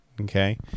Okay